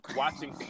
watching